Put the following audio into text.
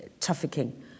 trafficking